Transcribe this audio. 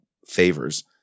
Favors